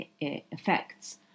effects